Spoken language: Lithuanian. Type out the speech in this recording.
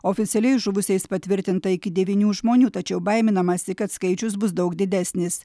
oficialiai žuvusiais patvirtinta iki devynių žmonių tačiau baiminamasi kad skaičius bus daug didesnis